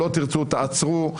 לא תרצו תעצרו.